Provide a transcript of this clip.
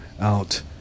out